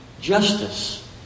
justice